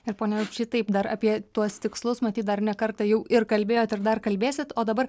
ir pone rupšy taip dar apie tuos tikslus matyt dar ne kartą jau ir kalbėjot ir dar kalbėsit o dabar